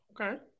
Okay